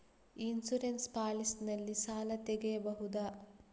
Insurance policy ನಲ್ಲಿ ಸಾಲ ತೆಗೆಯಬಹುದ?